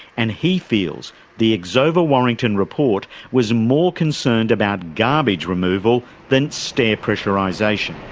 and he feels the exova warrington report was more concerned about garbage removal than stair pressurisation.